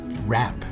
Rap